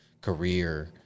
career